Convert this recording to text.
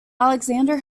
alexander